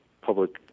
public